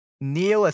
Neil